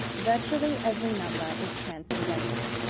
virtually every number is transcendental.